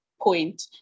point